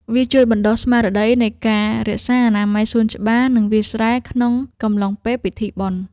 វាជួយបណ្តុះស្មារតីនៃការរក្សាអនាម័យសួនច្បារ និងវាលស្រែក្នុងកំឡុងពេលពិធីបុណ្យ។